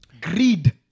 Greed